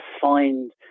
find